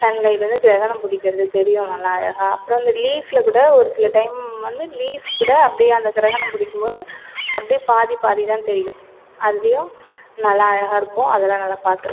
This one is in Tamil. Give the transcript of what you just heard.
சன்லைட்லருந்து கிரகணம் பிடிக்கறது தெரியும் நல்லா அழகா அப்புறோ அந்த லீஃபில் கூட ஒரு சில டைம் வந்து லீஃப் கூட அப்படியே அந்த கிரகணம் பிடிக்குபோது அப்டி பாதி பாதி தான் தெரியும் அதுலேயும் நல்லா அழகாருக்கும் அதுலாம் நல்லா பாத்ரு